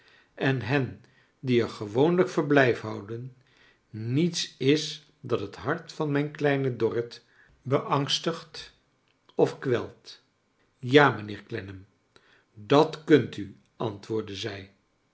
en hen die er gewoonlijk verblijf houden niets is dat het hart van mijn kleine dorrit beangstigt of kwelt ja mijnheer olennam dat knnt u antwoordde zij